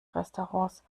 restaurants